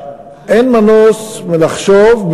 אין מנוס מלחשוב,